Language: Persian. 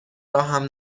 راهم